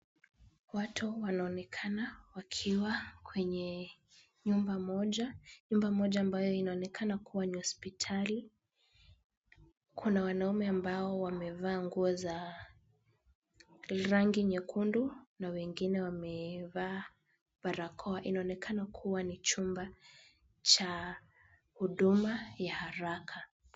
Watu wanaonekana wakiwa kwenye nyumba moja. Nyumba moja ambayo inaonekana kuwa ni hospitali. Kuna wanaume ambao wamevaa nguo za rangi nyekundu na wengine wamevaa barakoa. Inaonekana kuwa ni chumba cha huduma ya haraka.